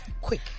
Quick